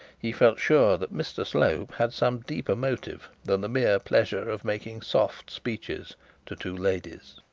he felt sure that mr slope had some deeper motive than the mere pleasure of making soft speeches to two ladies.